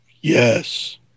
Yes